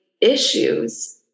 issues